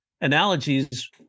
analogies